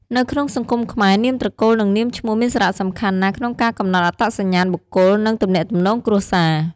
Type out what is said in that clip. នៅក្នុងសង្គមខ្មែរ នាមត្រកូល និង នាមឈ្មោះ មានសារៈសំខាន់ណាស់ក្នុងការកំណត់អត្តសញ្ញាណបុគ្គល និង ទំនាក់ទំនងគ្រួសារ។